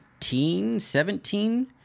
17